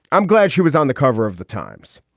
i'm glad she was on the cover of the times.